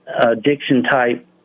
addiction-type